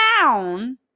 down